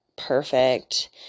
perfect